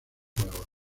juegos